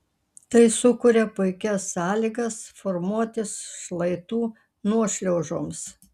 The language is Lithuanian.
tai sukuria puikias sąlygas formuotis šlaitų nuošliaužoms